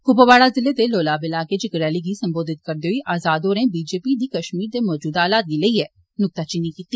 कुपवाड़ा जिले दे लोलाव ईलाकें च इक रैली गी संबोधित करदे होई आजाद होरें बीजेपी दी कश्मीर दे मजूदा हालात गी लेईये नुक्ताचीनी कीती